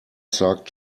sagt